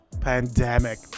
Pandemic